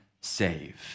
save